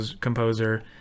composer